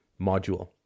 module